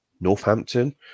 Northampton